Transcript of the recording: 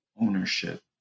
ownership